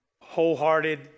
Wholehearted